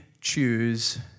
choose